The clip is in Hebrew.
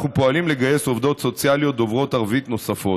אנחנו פועלים לגייס עובדות סוציאליות דוברות ערבית נוספות.